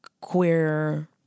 queer